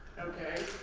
okay?